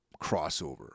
crossover